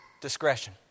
discretion